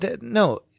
no